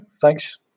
Thanks